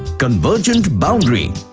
convergent boundary.